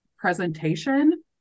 presentation